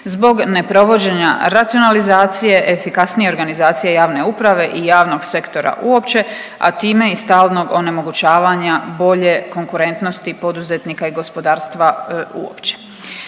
zbog neprovođenja racionalizacije, efikasnije organizacije javne uprave i javnog sektora uopće, a time i stalnog onemogućavanja bolje konkurentnosti poduzetnika i gospodarstva uopće.